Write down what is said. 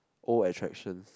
old attractions